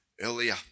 earlier